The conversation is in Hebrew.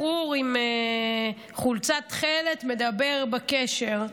וליד זה בחור עם חולצה תכלת מדבר בקשר.